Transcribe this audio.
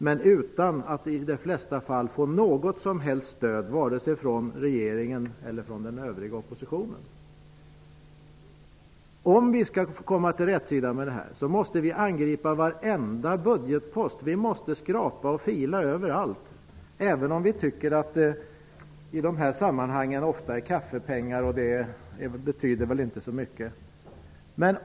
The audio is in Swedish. I de flesta fall har vi inte fått något som helst stöd från regeringen eller från oppositionspartierna. Om vi skall få någon rätsida på problemet måste vi angripa varenda budgetpost. Vi måste skrapa och fila överallt, även om vi tycker att det i dessa sammanhang mest rör sig om kaffepengar som inte betyder så mycket.